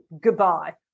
goodbye